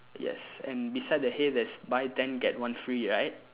yes and beside the hay there's buy ten get one free right